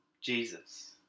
Jesus